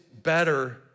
better